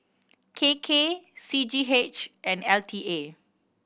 K K C G H and L T A